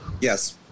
Yes